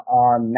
on